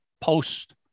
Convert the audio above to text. post